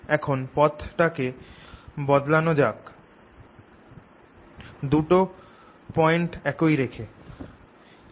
এখন পথটাকে বদলানো যাক দুটো পয়েন্টকে একই রেখে